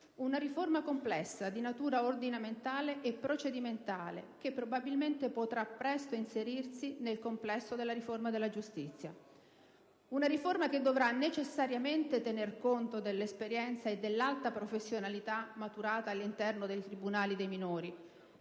una riforma complessa di natura ordinamentale e procedimentale, che, probabilmente, potrà presto inserirsi nel complesso della riforma della giustizia. Una riforma che dovrà necessariamente tener conto dell'esperienza e dell'alta professionalità maturata all'interno del tribunale dei minori,